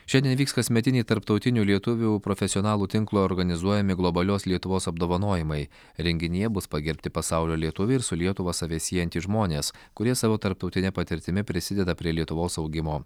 šiandien vyks kasmetiniai tarptautinių lietuvių profesionalų tinklo organizuojami globalios lietuvos apdovanojimai renginyje bus pagerbti pasaulio lietuviai ir su lietuva save siejantys žmonės kurie savo tarptautine patirtimi prisideda prie lietuvos augimo